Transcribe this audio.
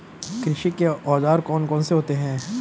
कृषि के औजार कौन कौन से होते हैं?